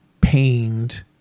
pained